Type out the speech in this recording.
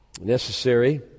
necessary